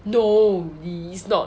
no it's not